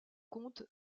comte